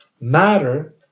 Matter